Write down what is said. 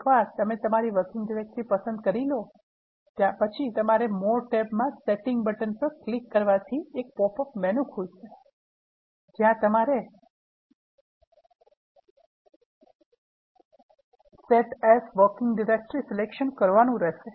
એકવાર તમે તમારી વર્કિંગ ડિરેક્ટરી પસંદ કરી લો તમારે more ટેબ મા સેટિંગ બટન પર ક્લિક કરવાથી એક પોપ અપ મેનુ ખુલશે જ્યા તમારે Set as working directory select કરવાનુ રહેશે